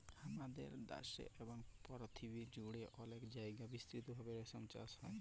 হামাদের দ্যাশে এবং পরথিবী জুড়ে অলেক জায়গায় বিস্তৃত ভাবে রেশম চাস হ্যয়